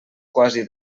quasi